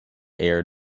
air